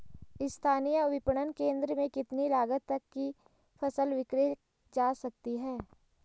स्थानीय विपणन केंद्र में कितनी लागत तक कि फसल विक्रय जा सकती है?